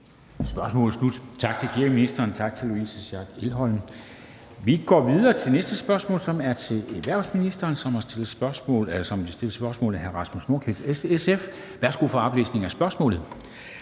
Spørgsmålet er slut. Tak til kirkeministeren, og tak til Louise Schack Elholm. Vi går videre til det næste spørgsmål, som er til erhvervsministeren, som vil blive stillet spørgsmål af hr. Rasmus Nordqvist, SF. Kl. 13:42 Spm.